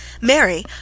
Mary